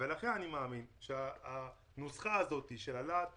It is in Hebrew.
לכן אני מאמין שהנוסחה הזאת של הלהט